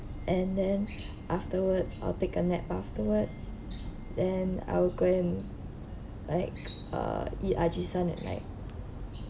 and then afterwards I'll take a nap afterwards and I'll go on like uh eat Ajisen at night